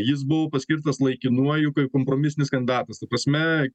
jis buvo paskirtas laikinuoju kaip kompromisinis kandatas ta prasme